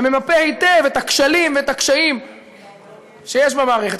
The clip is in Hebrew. שממפה היטב את הכשלים ואת הקשיים שיש במערכת.